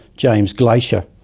james glaisher,